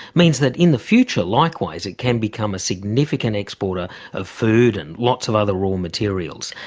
means that in the future, likewise, it can become a significant exporter of food and lots of other raw materials.